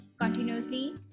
continuously